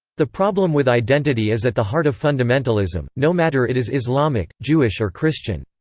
the problem with identity is at the heart of fundamentalism, no matter it is islamic, jewish or christian.